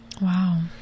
Wow